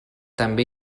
també